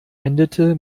endete